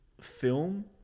film